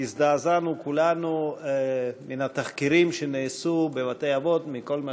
הזדעזענו כולנו מן התחקירים שנעשו בבתי-אבות בכל מה